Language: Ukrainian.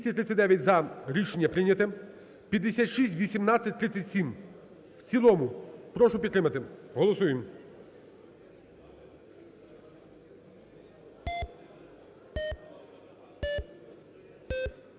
Прошу підтримати, голосуємо.